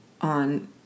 on